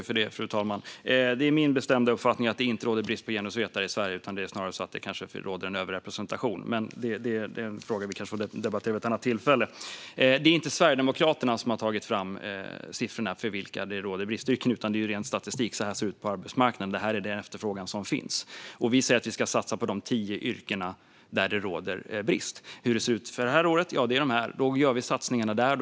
Fru talman! Det är min bestämda uppfattning att det inte råder brist på genusvetare i Sverige utan snarare överrepresentation, men det är en fråga vi får debattera vid ett annat tillfälle. Det är inte Sverigedemokraterna som har tagit fram siffrorna för vilka yrken det råder brist inom, utan det är ren statistik. Så här ser det ut på arbetsmarknaden; det här är den efterfrågan som finns. Vi säger att vi ska satsa på de tio yrken där det råder störst brist. I år är det dessa tio. Då gör vi satsningarna där.